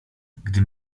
gdy